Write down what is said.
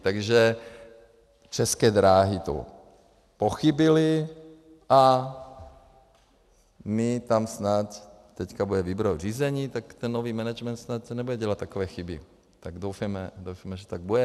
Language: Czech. Takže České dráhy pochybily a my tam snad teď bude výběrové řízení, tak ten nový management snad nebude dělat takové chyby, tak doufejme, že to tak bude.